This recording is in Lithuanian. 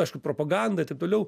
aišku propaganda ir taip toliau